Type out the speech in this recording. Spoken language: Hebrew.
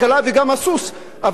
אבל מה צריך להקדים למה?